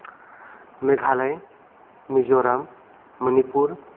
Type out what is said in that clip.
Meghalaya Mizoram Manipur